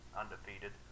undefeated